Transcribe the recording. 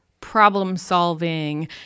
problem-solving